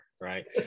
Right